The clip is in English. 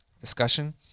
discussion